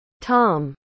Tom